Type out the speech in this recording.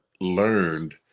learned